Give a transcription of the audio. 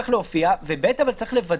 לא,